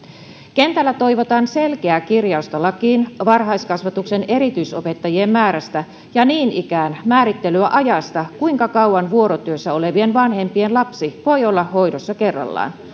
kentällä toivotaan selkeää kirjausta lakiin varhaiskasvatuksen erityisopettajien määrästä ja niin ikään määrittelyä ajasta kuinka kauan vuorotyössä olevien vanhempien lapsi voi olla hoidossa kerrallaan